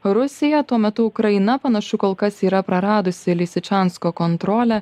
rusija tuo metu ukraina panašu kol kas yra praradusi lisičansko kontrolę